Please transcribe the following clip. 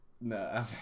No